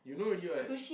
you know already what